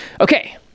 Okay